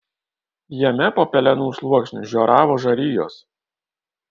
jame po pelenų sluoksniu žioravo žarijos